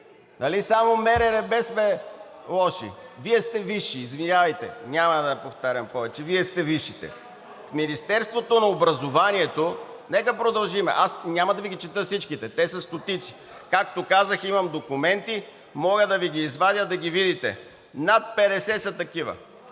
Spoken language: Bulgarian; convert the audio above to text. Нали само МРРБ сме лоши? Вие сте висши, извинявайте. Няма да повтарям повече. Вие сте висшите. В Министерството на образованието, нека продължим, аз няма да Ви ги чета всичките – те са стотици. Както казах, имам документи и мога да ги извадя да ги видите. Над 50 са такива.